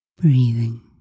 breathing